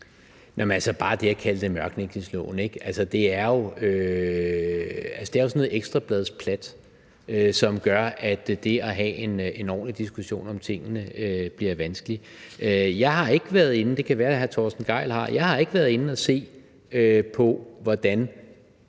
Bare det at kalde det mørklægningsloven er jo sådan noget ekstrabladsplat, som gør, at det at have en ordentlig diskussion om tingene bliver vanskeligt. Jeg har ikke været inde – det kan være, at hr. Torsten Gejl har – at se på, hvordan